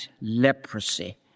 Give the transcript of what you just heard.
leprosy